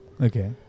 Okay